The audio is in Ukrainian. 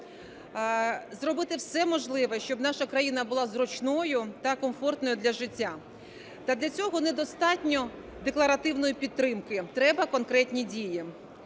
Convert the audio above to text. зробити все можливе, щоб наша країна була зручною та комфортною для життя. Та для цього недостатньо декларативної підтримки, треба конкретні дії.